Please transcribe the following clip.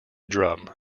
drum